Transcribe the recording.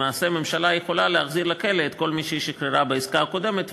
למעשה הממשלה יכולה להחזיר לכלא את כל מי שהיא שחררה בעסקה הקודמת,